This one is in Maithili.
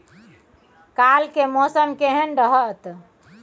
काल के मौसम केहन रहत?